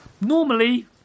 Normally